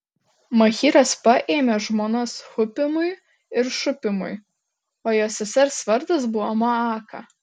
machyras paėmė žmonas hupimui ir šupimui o jo sesers vardas buvo maaka